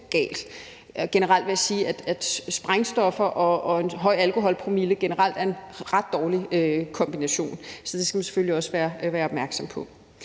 Jeg vil sige, at sprængstoffer og en høj alkoholpromille generelt er en ret dårlig kombination, så det skal man selvfølgelig også være opmærksom på.